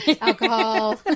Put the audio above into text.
alcohol